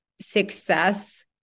success